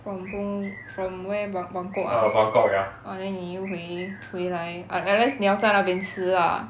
from from from where buang~ buangkok ah ah then 你又回来 un~ unless 你要在那边吃 lah